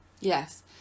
Yes